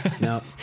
No